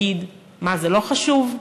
מה, זה לא חשוב?